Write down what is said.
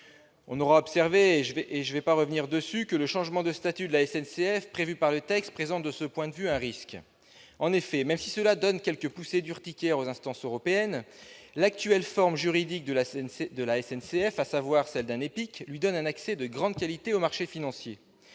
On aura observé que le changement de statut de la SNCF prévu par le texte présente, de ce point de vue, un risque. En effet, même si elle donne quelques poussées d'urticaire aux instances européennes, l'actuelle forme juridique de la SNCF, à savoir celle d'un EPIC, lui donne un accès de grande qualité aux marchés financiers,